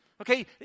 Okay